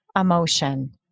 emotion